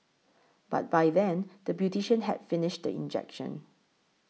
but by then the beautician had finished the injection